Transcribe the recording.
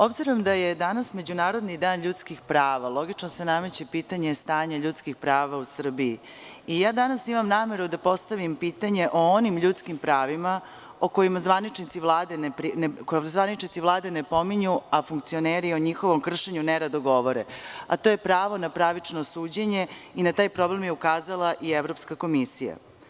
Obzirom da je danas Međunarodni dan ljudskih prava, logično se nameće pitanje stanja ljudskih prava u Srbiji i ja danas imam nameru da postavim pitanje o onim ljudskih pravima koje zvaničnici Vlade ne pominju, a funkcioneri o njihovom kršenju nerado govore, a to je pravo na pravično suđenje i na taj problem je ukazala i Evropska komisija.